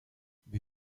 wie